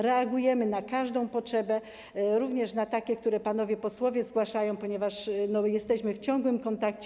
Reagujemy na każdą potrzebę, również na takie, które panowie posłowie zgłaszają, ponieważ jesteśmy w ciągłym kontakcie.